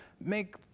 make